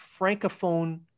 Francophone